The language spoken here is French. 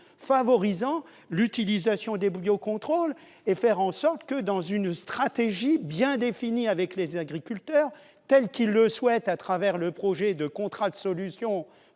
favorisant l'utilisation des biocontrôles et en faisant en sorte que, dans une stratégie bien définie avec les agriculteurs, conformément à ce que ceux-ci souhaitent à travers le projet de « contrat de solutions